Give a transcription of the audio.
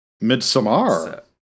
Midsummer